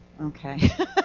Okay